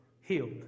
healed